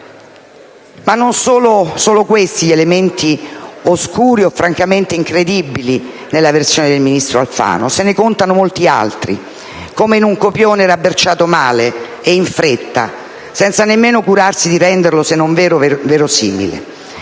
sono solo questi gli elementi oscuri o francamente incredibili nella versione del ministro Alfano. Se ne contano molti altri, come in un copione rabberciato male e in fretta, senza nemmeno curarsi di renderlo, se non vero,